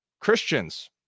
Christians